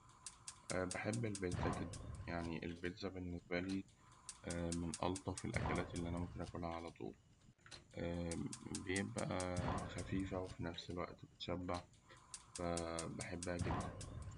بحب البيتزا جداً، يعني البيتزا بالنسبة لي من ألطف الأكلات اللي أنا ممكن اكلها علطول، بيبقى خفيفة وفي نفس الوقت بتشبع ف بحبها جداً.